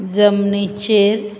जमनीचेर